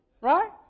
Right